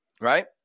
Right